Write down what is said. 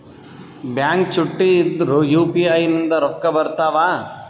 Bank ಚುಟ್ಟಿ ಇದ್ರೂ UPI ನಿಂದ ರೊಕ್ಕ ಬರ್ತಾವಾ?